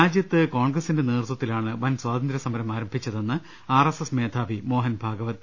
രാജ്യത്ത് കോൺഗ്ര സിന്റെ നേതൃത്വത്തിലാണ് വൻ സ്വാതന്ത്ര്യ സമരം ആരംഭിച്ചതെന്ന് ആർഎസ്എസ് മേധാവി മോഹൻ ഭാഗവത്